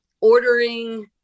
Ordering